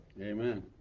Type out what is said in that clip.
amen